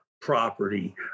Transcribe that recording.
Property